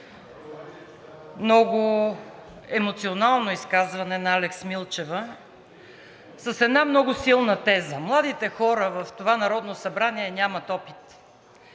Много емоционално изказване на Алекс Милчева с една много силна теза – младите хора в това Народно събрание нямат опит.